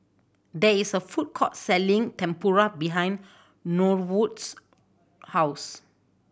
there is a food court selling Tempura behind Norwood's house